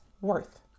worth